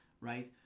right